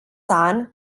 son